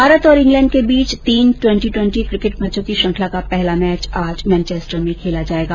भारत और इंग्लैंड के बीच तीन ट्वेंटी ट्वेंटी क्रिकेट मैचों की श्रृंखला का पहला मैच आज मैनचेस्टर में खेला जाएगा